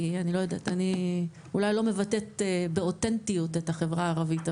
כי אני אולי לא מבטאת באותנטיות את החברה הערבית,